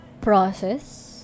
process